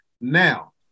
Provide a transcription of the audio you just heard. Now